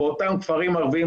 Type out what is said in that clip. באותם כפרים ערביים,